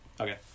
Okay